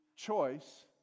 Choice